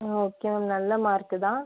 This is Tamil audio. ஓகே மேம் நல்ல மார்க்கு தான்